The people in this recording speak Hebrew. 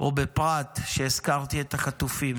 או בפרטים כשהזכרתי את החטופים,